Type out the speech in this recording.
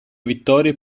vittorie